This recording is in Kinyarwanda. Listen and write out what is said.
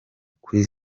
kuri